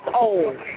old